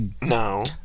No